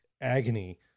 agony